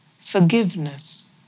forgiveness